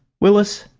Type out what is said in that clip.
willis,